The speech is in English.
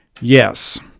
Yes